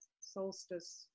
solstice